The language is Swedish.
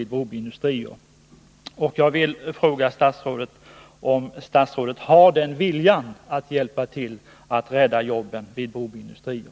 Jag vill fråga statsrådet: Har statsrådet viljan att hjälpa till att rädda jobben vid Broby industrier?